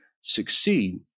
succeed